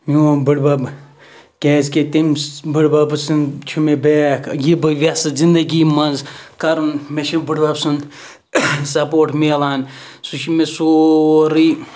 میون بٔڈۍ بَب کیٛازِکہِ تٔمۍ بٔڈۍ بَبہٕ سُنٛد چھُ مےٚ بیک یہِ بہٕ یَژھٕ زندگی منٛز کَرُن مےٚ چھِ بٔڈۍ بَب سُنٛد سپوٹ مِلان سُہ چھِ مےٚ سورُے